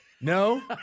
No